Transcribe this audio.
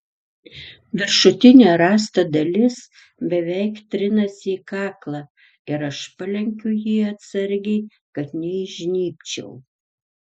viršutinė rąsto dalis beveik trinasi į kaklą ir aš palenkiu jį atsargiai kad neįžnybčiau